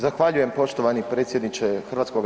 Zahvaljujem poštovani predsjedniče HS.